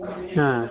ಹಾಂ